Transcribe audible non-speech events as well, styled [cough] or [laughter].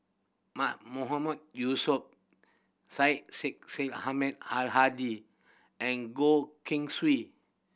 [unintelligible] Mahmood Yusof Syed Sheikh Syed Ahmad Al Hadi and Goh Keng Swee